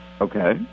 Okay